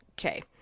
Okay